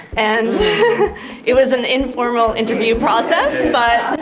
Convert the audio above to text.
and it was an informal interview process, but